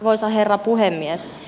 arvoisa herra puhemies